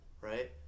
right